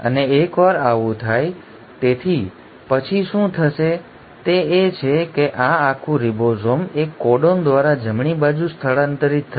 અને એકવાર આવું થાય તેથી પછી શું થશે તે એ છે કે આ આખું રિબોઝોમ એક કોડોન દ્વારા જમણી બાજુ સ્થળાંતરિત થશે